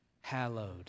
hallowed